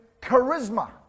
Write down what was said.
charisma